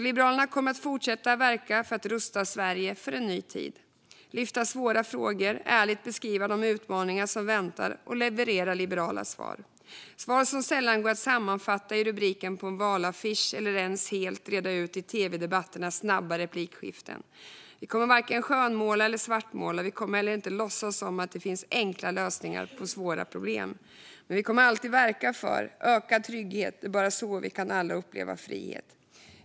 Liberalerna kommer att fortsätta verka för att rusta Sverige för en ny tid, lyfta svåra frågor, ärligt beskriva de utmaningar som väntar och leverera liberala svar. Det är svar som sällan går att sammanfatta i rubriken på en valaffisch eller ens att helt reda ut i tv-debatternas snabba replikskiften. Vi kommer varken att skönmåla eller att svartmåla. Vi kommer heller inte att låtsas som att det finns enkla lösningar på svåra problem. Men vi kommer alltid att verka för ökad trygghet. Det är bara så vi alla kan uppleva frihet.